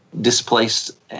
displaced